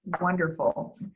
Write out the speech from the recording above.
wonderful